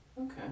Okay